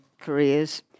careers